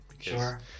sure